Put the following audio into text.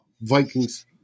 Vikings